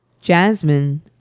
Jasmine